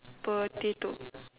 potato